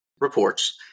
reports